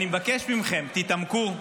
אני מבקש מכם: תתעמקו,